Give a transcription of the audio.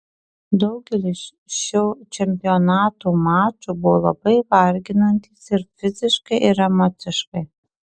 daugelis šio čempionato mačų buvo labai varginantys ir fiziškai ir emociškai